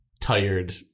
tired